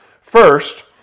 First